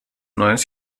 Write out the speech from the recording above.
neues